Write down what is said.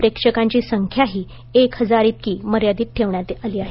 प्रेक्षकांची संख्याही एक हजार इतकी मर्यादित ठेवण्यात आली आहे